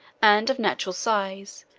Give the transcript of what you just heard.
and of natural size,